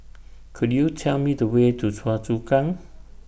Could YOU Tell Me The Way to Choa Chu Kang